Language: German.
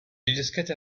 diskette